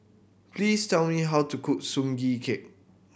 please tell me how to cook Sugee Cake